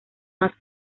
más